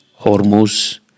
Hormuz